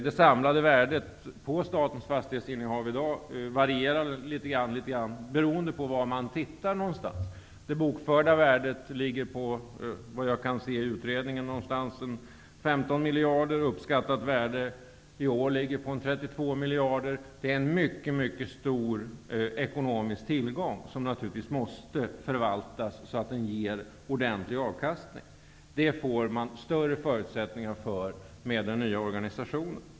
Det samlade värdet på statens fastighetsinnehav i dag varierar litet grand, beroende på vad man tittar på. Det bokförda värdet ligger efter vad jag kan se i utredningen på ungefär 15 miljarder. Det uppskattade värdet i år ligger på en 32 miljarder. Det är en mycket mycket stor ekonomisk tillgång, som naturligtvis måste förvaltas så att den ger ordentlig avkastning. Det får man större förutsättningar för med den nya organisationen.